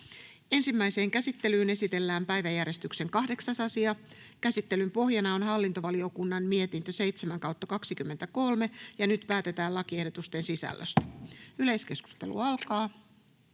Ensimmäiseen käsittelyyn esitellään päiväjärjestyksen 9. asia. Käsittelyn pohjana on hallintovaliokunnan mietintö HaVM 8/2023 vp. Nyt päätetään lakiehdotusten sisällöstä. — Yleiskeskustelu alkaa,